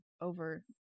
over